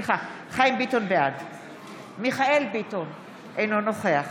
בעד מיכאל מרדכי ביטון, אינו נוכח